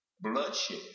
bloodshed